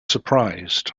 surprised